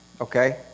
Okay